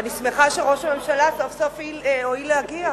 ואני שמחה שראש הממשלה סוף-סוף הואיל להגיע.